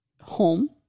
Home